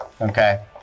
Okay